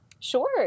Sure